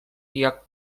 jak